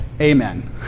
Amen